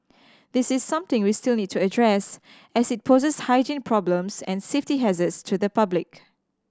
this is something we still need to address as it poses hygiene problems and safety hazards to the public